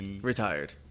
Retired